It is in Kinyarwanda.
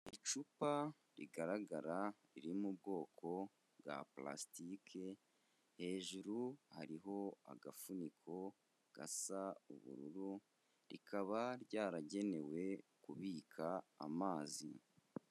Icupa rigaragara riri mu bwoko bwa purasitike, hejuru hariho agafuniko gasa ubururu, rikaba ryaragenewe kubika amazi.